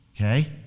Okay